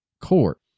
court